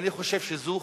אני חושב שזו